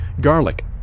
garlic